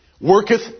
worketh